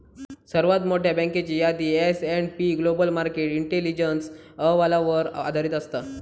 सर्वात मोठयो बँकेची यादी S and P global market intelligence अहवालावर आधारित असत